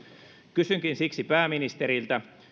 kysynkin siksi pääministeriltä